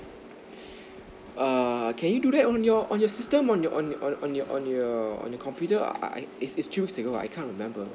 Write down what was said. err can you do that on your on your system on your on your on your on your computer I it's it's three week ago I can't remember